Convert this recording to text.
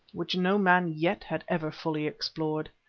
which no man yet had ever fully explored.